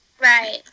Right